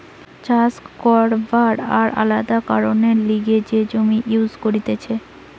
চাষ করবার আর আলাদা কারণের লিগে যে জমি ইউজ করতিছে